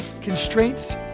constraints